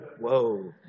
whoa